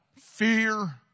fear